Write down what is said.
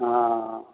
हँ